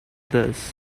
this